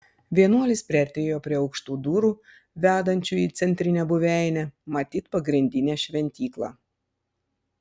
vienuolis priartėjo prie aukštų durų vedančių į centrinę buveinę matyt pagrindinę šventyklą